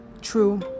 true